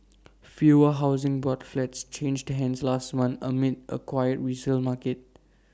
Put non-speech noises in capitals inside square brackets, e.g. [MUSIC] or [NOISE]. [NOISE] fewer Housing Board flats changed hands last month amid A quiet resale market